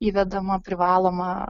įvedama privaloma